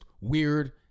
weird